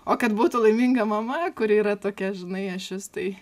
o kad būtų laiminga mama kuri yra tokia žinai ašis tai